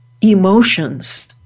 emotions